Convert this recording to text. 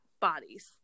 bodies